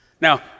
Now